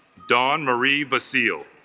dawn-marie vasile